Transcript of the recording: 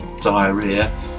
diarrhea